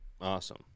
Awesome